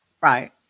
Right